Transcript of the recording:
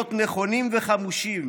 להיות נכונים וחמושים,